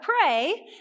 pray